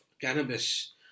cannabis